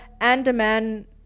Andaman